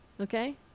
okay